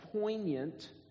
poignant